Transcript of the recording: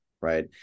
right